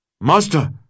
Master